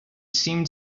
seemed